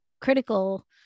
critical